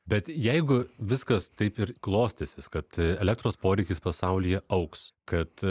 bet jeigu viskas taip ir klostysis kad elektros poreikis pasaulyje augs kad